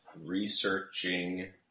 researching